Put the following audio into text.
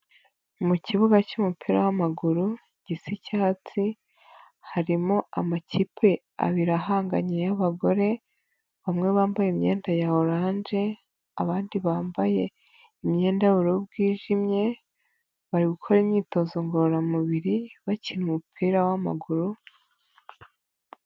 Mu kibuga cy'umupira w'amaguru gisa icyatsi. Harimo amakipe abiri ahanganye y'abagore bamwe bambaye imyenda ya oranje abandi bambaye imyenda y'ubururu bwijimye bari gukora imyitozo ngororamubiri bakina umupira w'amaguru.